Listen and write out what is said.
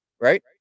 right